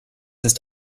ist